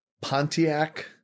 pontiac